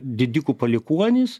didikų palikuonys